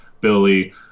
Billy